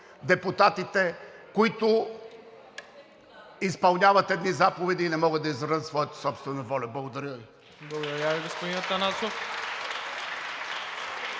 депутатите, които изпълняват едни заповеди и не могат да изразят своята собствена воля. Благодаря Ви. (Ръкопляскания от